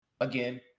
again